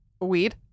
weed